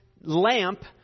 lamp